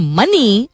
money